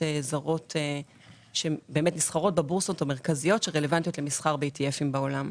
זרות שבאמת נסחרות בבורסות המרכזיות שרלוונטיות למסחר בעולם.